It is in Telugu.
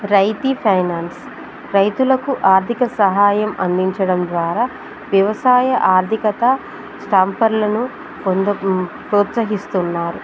రైతి ఫైనాన్స్ రైతులకు ఆర్థిక సహాయం అందించడం ద్వారా వ్యవసాయ ఆర్థికత స్టాంపర్లను ప్రోత్సహిస్తున్నారు